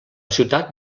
ciutat